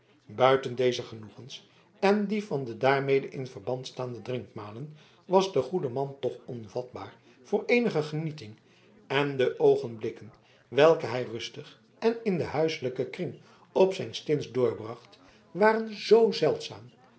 buiten deze genoegens en die van de daarmede in verband staande drinkmalen was de goede man toch onvatbaar voor eenige genieting en de oogenblikken welke hij rustig en in den huiselijken kring op zijn stins doorbracht waren zoo zeldzaam